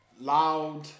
loud